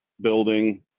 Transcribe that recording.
building